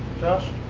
josh